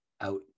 out